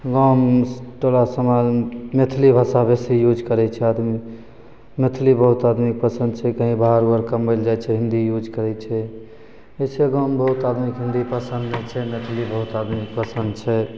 वहाँ टोला समाजमे मैथिली भाषा बेसी यूज करै छै आदमी मैथिली बहुत आदमी पसन्द छै कहीँ बाहर वाहर कमाइ ले जाइ छै हिन्दी यूज करै छै वइसे गाममे बहुत आदमीके हिन्दी पसन्द नहि छै मैथिली बहुत आदमीके पसन्द छै